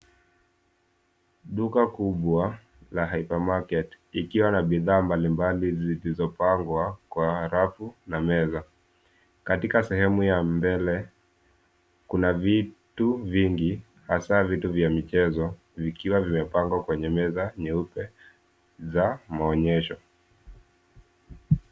Duka kubwa la hypermarket ikiwa na bidhaa mbalimbali zilizopangwa kwa rafu na meza, katika sehemu ya mbele kuna vitu vingi, hasaa vitu vya michezo vikiwa vimepangwa kwenye meza nyeupe za maonyesho.